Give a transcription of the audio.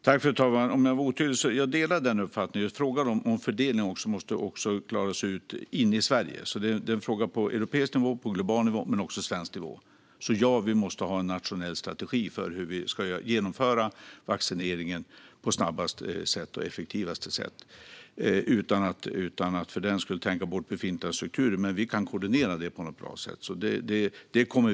Fru talman! Jag kanske var otydlig, men jag delar uppfattningen att frågan om fördelning också måste klaras ut i Sverige. Det är en fråga på europeisk nivå och på global nivå men också på svensk nivå, så ja vi måste ha en nationell strategi för hur vi ska genomföra vaccineringen på snabbaste och effektivaste sätt utan att för den skull tänka bort befintliga strukturer. Vi kan koordinera det på ett bra sätt.